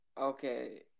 Okay